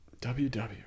WW